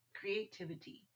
creativity